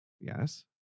Yes